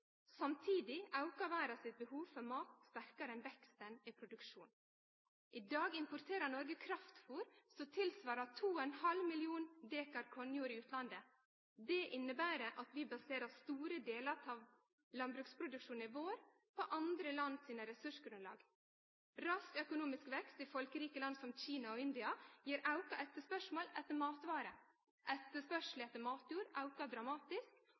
Samtidig aukar verdas behov for mat sterkare enn veksten i produksjon. I dag importerer Noreg kraftfôr som tilsvarer 2,5 mill. dekar kornjord i utlandet. Det inneber at vi baserer store delar av landbruksproduksjonen vår på andre land sine ressursgrunnlag. Rask økonomisk vekst i folkerike land som Kina og India gir auka etterspørsel etter matvarer. Etterspørselen etter matjord aukar dramatisk,